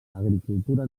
agricultura